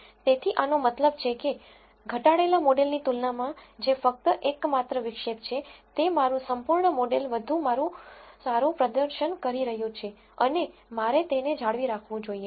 તેથી આનો મતલબ છે કે ઘટાડેલા મોડેલની તુલનામાં જે ફક્ત એકમાત્ર વિક્ષેપ છે તે મારું સંપૂર્ણ મોડેલ વધુ સારું પ્રદર્શન કરી રહ્યું છે અને મારે તેને જાળવી રાખવું જોઈએ